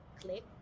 click